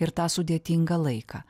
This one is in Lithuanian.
ir tą sudėtingą laiką